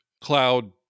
cloud